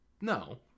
no